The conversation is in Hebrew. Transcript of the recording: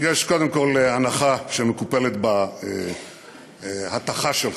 יש, קודם כול, הנחה שמקופלת בהטחה שלך,